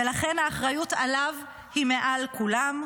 ולכן האחריות עליו היא מעל כולם,